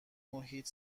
محیط